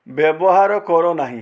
ବ୍ୟବହାର କର ନାହିଁ